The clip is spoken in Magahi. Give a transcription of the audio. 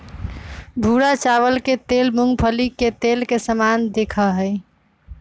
भूरा चावल के तेल मूंगफली के तेल के समान दिखा हई